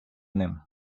ним